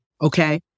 okay